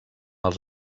els